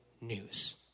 news